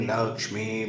Lakshmi